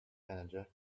manager